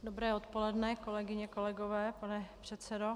Dobré odpoledne, kolegyně a kolegové, pane předsedo.